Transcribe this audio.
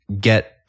get